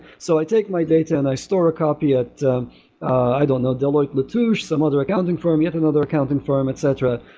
so i take my data and i store a copy at i don't know, deloitte touche, some other accounting firm, yet another accounting firm, etc,